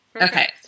Okay